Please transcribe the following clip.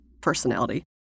personality